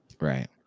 Right